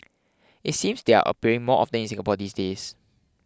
it seems they're appearing more often in Singapore these days